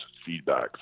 Feedback